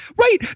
right